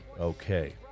okay